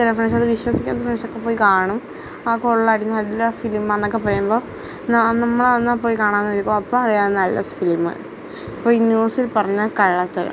ചില ഫ്രണ്ട്സ് അത് വിശ്വസിക്കാത്ത ഫ്രണ്ട്സ് ഒക്കെ അത് പോയി കാണും ആ കൊള്ളാമായിരുന്നു നല്ല ഫിലിമാണ് എന്നൊക്കെ പറയുമ്പം എന്നാൽ നമ്മള് എന്നാൽ പോയി കാണാം എന്ന് വിചാരിക്കും അപ്പോൾ അറിയാം നല്ല ഫിലീമാന്ന് ഇപ്പോൾ ഈ ന്യൂസില് പറഞ്ഞ കള്ളത്തരം